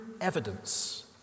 evidence